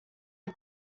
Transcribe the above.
are